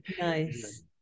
nice